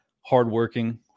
hardworking